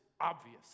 obvious